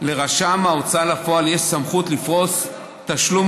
לרשם ההוצאה לפועל יש סמכות לפרוס תשלום